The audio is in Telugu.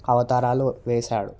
అవతారాలు వేశాడు